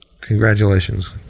Congratulations